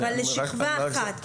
אבל לשכבה אחת.